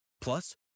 Plus